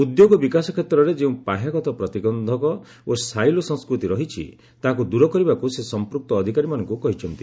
ଉଦ୍ୟୋଗ ବିକାଶ କ୍ଷେତ୍ରରେ ଯେଉଁ ପାହ୍ୟାଗତ ପ୍ରତିବନ୍ଧକ ଓ ସାଇଲୋ ସଂସ୍କୃତି ରହିଛି ତାହାକୁ ଦୂର କରିବାକୁ ସେ ସମ୍ପୁକ୍ତ ଅଧିକାରୀମାନଙ୍କୁ କହିଛନ୍ତି